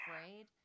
afraid